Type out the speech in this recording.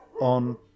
on